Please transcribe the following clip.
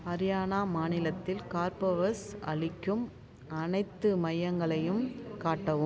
ஹரியானா மாநிலத்தில் கார்போவஸ் அளிக்கும் அனைத்து மையங்களையும் காட்டவும்